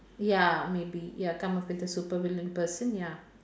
ya maybe ya come out with a super villain person ya